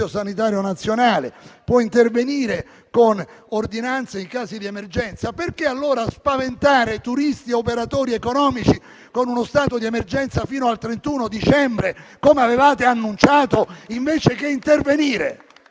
ricordava che lei può intervenire con ordinanza in casi di emergenza. Perché, allora, spaventare turisti ed operatori economici con uno stato di emergenza fino al 31 dicembre, come avevate annunciato, invece che intervenire,